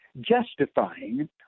justifying